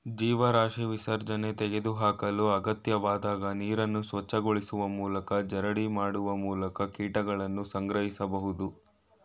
ಜೀವರಾಶಿ ವಿಸರ್ಜನೆ ತೆಗೆದುಹಾಕಲು ಅಗತ್ಯವಾದಾಗ ನೀರನ್ನು ಸ್ವಚ್ಛಗೊಳಿಸುವ ಮೂಲಕ ಜರಡಿ ಮಾಡುವ ಮೂಲಕ ಕೀಟಗಳನ್ನು ಸಂಗ್ರಹಿಸ್ಬೋದು